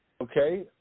Okay